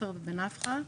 בעופר ובנפחא.